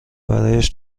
برایش